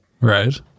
right